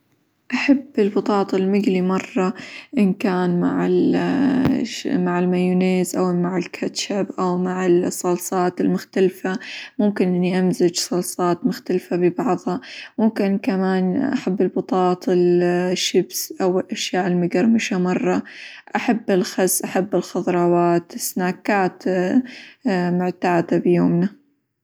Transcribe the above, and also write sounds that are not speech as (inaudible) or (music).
أحب البطاطا المقلي مرة إن كان -مع- (hesitation) مع المايونيز، أو مع الكاتشب، أو مع الصلصات المختلفة، ممكن إني أمزج صلصات مختلفة ببعظها، ممكن كمان أحب البطاطا الشيبس، أو الأشياء المقرمشة مرة، أحب الخس، أحب الخظروات، سناكات (hesitation) معتادة بيومنا.